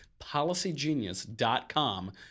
policygenius.com